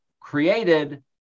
created